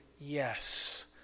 yes